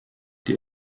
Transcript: die